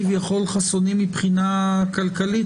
כביכול חסונים מבחינה כלכלית,